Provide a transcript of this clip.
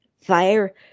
fire